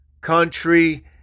country